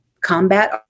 combat